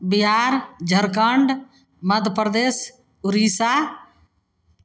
Bihar Jharkhand Madhya Pradesh Orissa